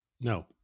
no